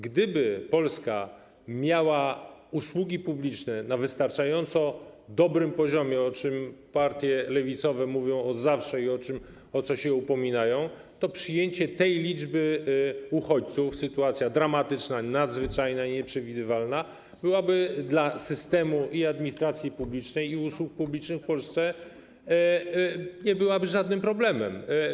Gdyby Polska miała usługi publiczne na wystarczająco dobrym poziomie, o czym partie lewicowe mówią od zawsze i o co się upominają, to przyjęcie tej liczby uchodźców w sytuacji dramatycznej, nadzwyczajnej i nieprzewidywalnej byłoby dla systemu administracji publicznej i usług publicznych w Polsce żadnym problemem.